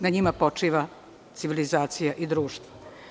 Na njima počiva civilizacija i društvo.